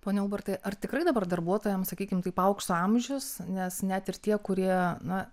pone albertai ar tikrai dabar darbuotojam sakykim taip aukso amžius nes net ir tie kurie na